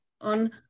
on